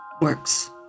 works